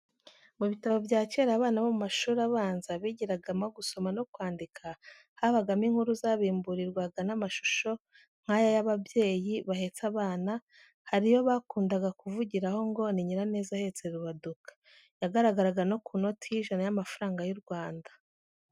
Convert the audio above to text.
Mu bitabo bya kera abana bo mu mashuri abanza bigiragamo gusoma no kwandika, habagamo inkuru zabimburirwaga n'amashusho nk'aya y'ababyeyi bahetse abana, hari iyo bakundaga kuvugiraho ngo ni Nyiraneza ahetse Rubaduka, yagaragaraga no ku noti y'ijana y'amafaranga y'u Rwanda.